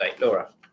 Laura